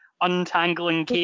untangling